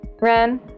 Ren